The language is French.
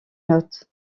notes